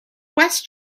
west